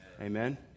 Amen